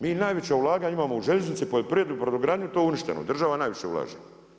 Mi najveća ulaganja imamo u željeznice, poljoprivredu, brodogradnju, to je uništeno, država najviše ulaže.